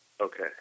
okay